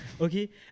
Okay